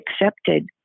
accepted